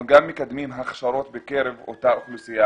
אנחנו גם מקדמים הכשרות בקרב אותה אוכלוסייה,